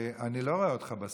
אני לא רואה אותך בסוף.